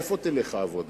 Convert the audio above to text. לאן תלך העבודה?